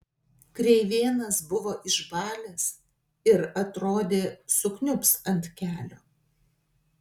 kreivėnas buvo išbalęs ir atrodė sukniubs ant kelio